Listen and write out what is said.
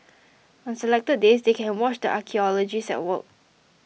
on selected days they can watch the archaeologists at work